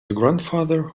grandfather